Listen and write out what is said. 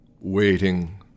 Waiting